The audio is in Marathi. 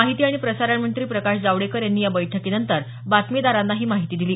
माहिती आणि प्रसारणमंत्री प्रकाश जावडेकर यांनी या बैठकीनंतर बातमीदारांना ही माहिती दिली